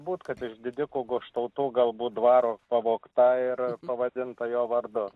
būt kad iš didikų goštautų galbūt dvaro pavogta ir pavadinta jo vardu